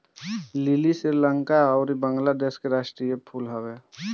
लीली श्रीलंका अउरी बंगलादेश के राष्ट्रीय फूल हवे